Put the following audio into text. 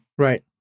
Right